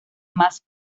más